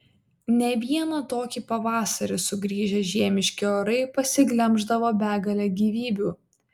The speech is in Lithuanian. ne vieną tokį pavasarį sugrįžę žiemiški orai pasiglemždavo begalę gyvybių